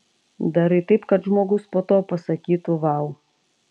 darai taip kad žmogus po to pasakytų vau